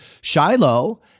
Shiloh